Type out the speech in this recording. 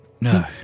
No